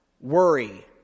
worry